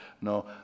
No